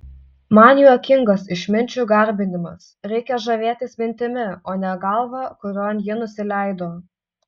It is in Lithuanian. man juokingas išminčių garbinimas reikia žavėtis mintimi o ne galva kurion ji nusileido